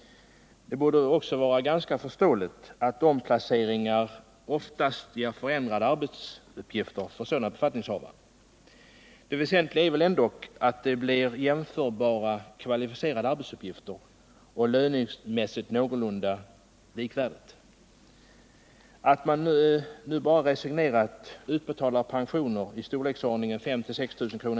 Det borde då också vara ganska förståeligt att omplaceringar oftast ger förändrade arbetsuppgifter för sådana befattningshavare. Det väsentliga är väl ändå att det blir jämförbara kvalificerade och lönemässigt någorlunda likvärdiga arbetsuppgifter. Att man nu bara resignerat utbetalar pensioner i storleksordningen 5 0006 000 kr.